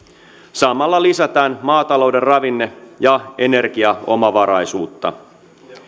samalla lisätään maatalouden ravinne ja energiaomavaraisuutta